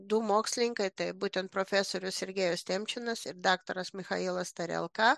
du mokslininkai tai būtent profesorius sergejus temčinas ir daktaras michailas tarelka